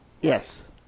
Yes